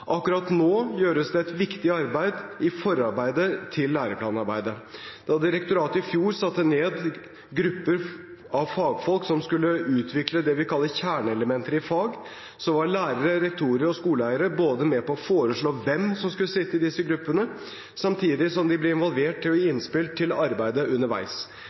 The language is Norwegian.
Akkurat nå gjøres det et viktig forarbeid til læreplanarbeidet. Da direktoratet i fjor satte ned grupper av fagfolk som skulle utvikle det vi kaller kjerneelementer i fag, var lærere, rektorer og skoleeiere med på å foreslå hvem som skulle sitte i disse gruppene, samtidig som de ble invitert til å gi innspill til arbeidet underveis.